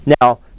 Now